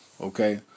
Okay